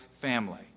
family